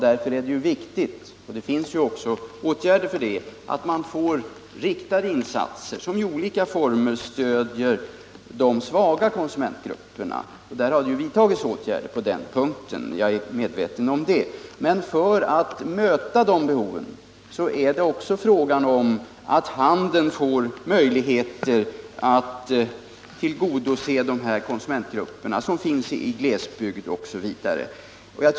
Därför är det viktigt att man får riktade insatser som i olika former stöder de svaga konsumentgrupperna. Det har ju vidtagits åtgärder på den punkten — jag är medveten om det. Men för att möta dessa behov är det också fråga om att handeln ges möjligheter att tillgodose de här konsumentgrupperna, som finns bl.a. i glesbygderna.